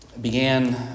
began